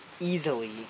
easily